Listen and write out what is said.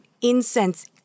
incense